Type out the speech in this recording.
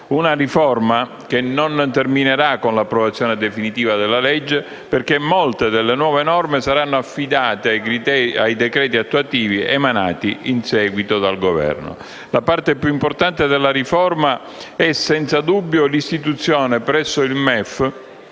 Una riforma che non terminerà con l'approvazione definitiva della legge, perché molte delle nuove norme saranno affidate a decreti attuativi emanati in seguito dal Governo. La parte più importante della riforma è, senza dubbio, l'istituzione presso il MEF